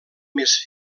més